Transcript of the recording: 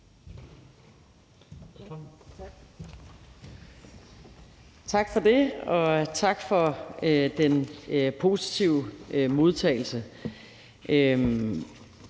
Tak for det, og tak for den positive modtagelse.